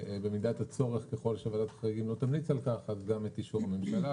ובמידת הצורך ככל שוועדת החריגים לא תמליץ על כך אז גם אישור הממשלה,